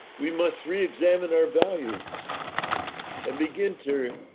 we must re examine our values and begin to